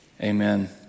amen